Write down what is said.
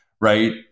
right